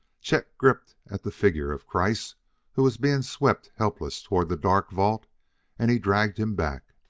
chet gripped at the figure of kreiss who was being swept helpless toward the dark vault and he dragged him back.